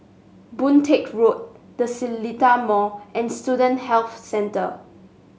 Boon Teck Road The Seletar Mall and Student Health Centre